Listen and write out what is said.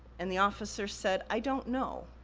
and the officer said, i don't know.